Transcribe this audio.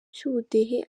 cy’ubudehe